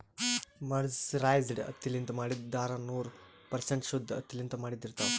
mercerized ಹತ್ತಿಲಿಂತ್ ಮಾಡಿದ್ದ್ ಧಾರಾ ನೂರ್ ಪರ್ಸೆಂಟ್ ಶುದ್ದ್ ಹತ್ತಿಲಿಂತ್ ಮಾಡಿದ್ದ್ ಇರ್ತಾವ್